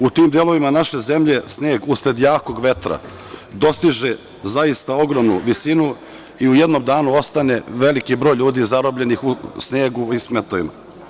U tim delovima naše zemlje, sneg usled jakog vetra, dostiže zaista ogromnu visinu i u jednom danu ostane veliki broj ljudi zarobljenih u snegu i smetovima.